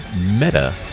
Meta